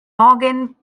morgan